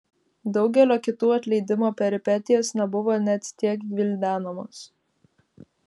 daugelio kitų atleidimo peripetijos nebuvo net tiek gvildenamos